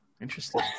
interesting